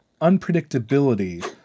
unpredictability